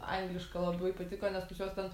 angliška labai patiko nes pas juos ten